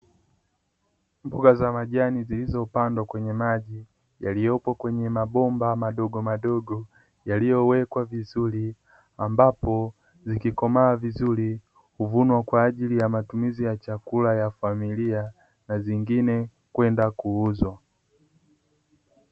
Mboga za majani zilizopandwa kwenye maji yaliyopo kwenye mabomba madogomadogo, yaliyowekwa vizuri ambapo zikikomaa vizuri huvunwa kwa ajili ya matumizi ya chakula ya familia na nyingine huenda kuuzwa.